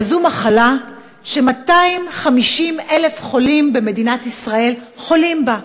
אבל זו מחלה ש-250,000 אנשים במדינת ישראל חולים בה.